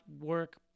work